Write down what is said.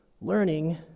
learning